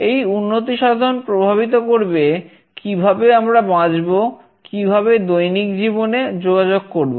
এই উন্নতিসাধন প্রভাবিত করবে কিভাবে আমরা বাঁচবো কিভাবে দৈনিক জীবনে যোগাযোগ করব